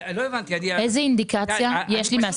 איזו אינדיקציה יש לי מהסיפור שלו?